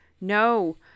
No